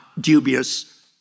dubious